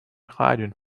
hiding